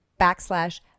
backslash